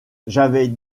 j’avais